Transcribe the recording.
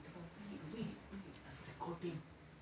recording